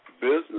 business